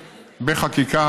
בחקיקה,